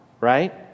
right